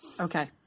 Okay